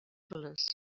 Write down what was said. les